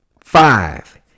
Five